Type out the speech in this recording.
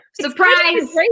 Surprise